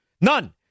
None